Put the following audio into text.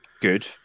good